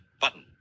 button